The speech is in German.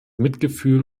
mitgefühl